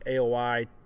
AOI